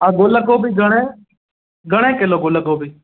ऐं गुल गोभी घणे घणे किलो गुल गोभी